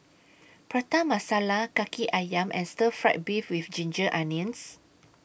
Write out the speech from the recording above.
Prata Masala Kaki Ayam and Stir Fried Beef with Ginger Onions